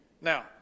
Now